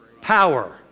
power